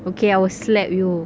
okay I will slap you